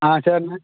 ஆ சரிண்ணே